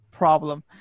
problem